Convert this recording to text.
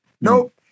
Nope